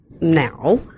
now